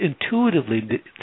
intuitively